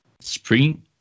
spring